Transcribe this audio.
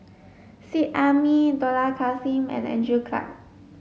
Seet Ai Mee Dollah Kassim and Andrew Clarke